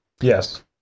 Yes